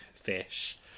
fish